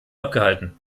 abgehalten